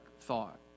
thought